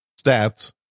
stats